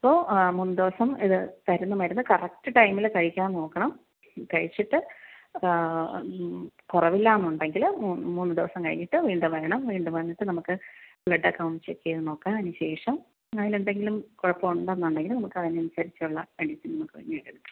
അപ്പോൾ മൂന്നുദിവസം ഇത് തരുന്ന മരുന്ന് കറക്ട് ടൈമിൽ കഴിക്കാൻ നോക്കണം കഴിച്ചിട്ട് കുറവില്ലാന്നുണ്ടെങ്കിൽ മൂന്നു ദിവസം കഴിഞ്ഞിട്ട് വീണ്ടും വരണം വീണ്ടും വന്നിട്ട് നമുക്ക് ബ്ലഡൊക്കെ ഒന്ന് ചെക്ക് ചെയ്തു നോക്കാം അതിനുശേഷം അതിലെന്തെങ്കിലും കുഴപ്പമുണ്ടെന്നുണ്ടെങ്കിൽ നമുക്ക് അതിനനുസരിച്ചുള്ള മെഡിസിൻ